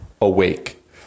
awake